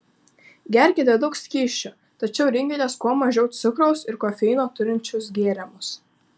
gerkite daug skysčių tačiau rinkitės kuo mažiau cukraus ir kofeino turinčius gėrimus